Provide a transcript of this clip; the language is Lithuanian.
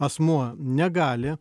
asmuo negali